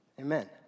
Amen